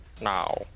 now